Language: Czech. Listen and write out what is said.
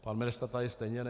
Pan ministr tady stejně není.